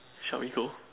shall we go